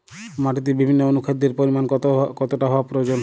মাটিতে বিভিন্ন অনুখাদ্যের পরিমাণ কতটা হওয়া প্রয়োজন?